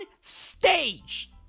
stage